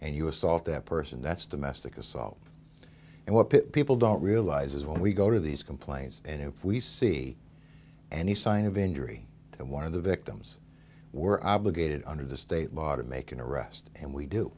and you assault that person that's domestic assault and what people don't realize is when we go to these complaints and if we see any sign of injury and one of the victims were obligated under the state law to make an arrest and we do